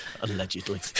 Allegedly